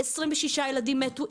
26 ילדים מתו,